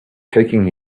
taking